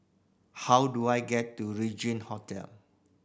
how do I get to Regin Hotel